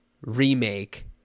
remake